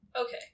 Okay